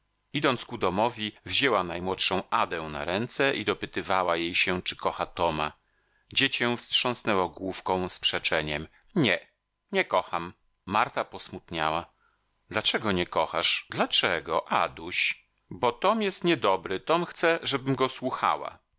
idąc ku domowi wzięła najmłodszą adę na ręce i dopytywała jej się czy kocha toma dziecię wstrząsnęło główką z przeczeniem nie nie kocham marta posmutniała dlaczego nie kochasz dlaczego aduś bo tom jest nie dobry tom chce żebym go słuchała